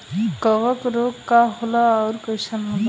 कवक रोग का होला अउर कईसन होला?